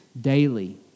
daily